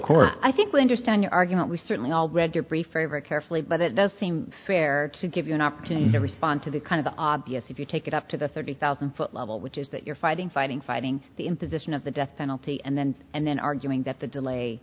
court i think we understand your argument we certainly all read your brief very very carefully but it does seem fair to give you an op everything onto the kind of obvious if you take it up to the thirty thousand foot level which is that you're fighting fighting fighting the imposition of the death penalty and then and then arguing that the delay